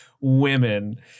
women